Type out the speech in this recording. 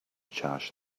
charge